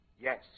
Yes